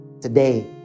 Today